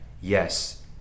yes